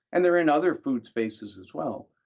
and they're in other food spaces as well.